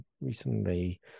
recently